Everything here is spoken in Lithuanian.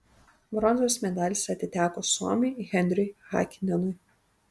bronzos medalis atiteko suomiui henriui hakinenui